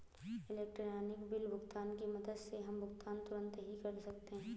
electronic bill भुगतान की मदद से हम भुगतान तुरंत ही कर सकते हैं